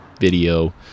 video